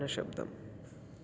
കുറഞ്ഞ ശബ്ദം